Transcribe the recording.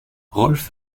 rolf